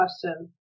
question